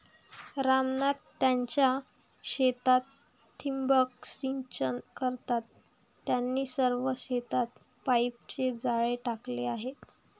राम नाथ त्यांच्या शेतात ठिबक सिंचन करतात, त्यांनी सर्व शेतात पाईपचे जाळे टाकले आहे